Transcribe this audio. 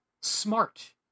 smart